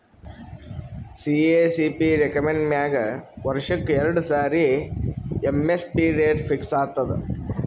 CACP recommend ಮ್ಯಾಗ್ ವರ್ಷಕ್ಕ್ ಎರಡು ಸಾರಿ ಎಮ್.ಎಸ್.ಪಿ ರೇಟ್ ಫಿಕ್ಸ್ ಆತದ್